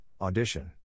Audition